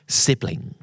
sibling